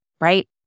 right